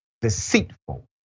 deceitful